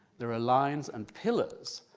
there are lines and pillars,